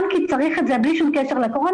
גם כי צריך את זה בלי שום קשר לקורונה,